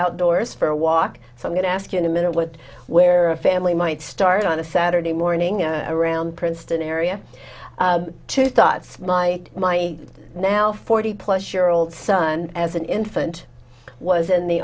outdoors for a walk so i'm going to ask you in a minute what where a family might start on a saturday morning around princeton area two thoughts my my now forty plus year old son as an infant was in the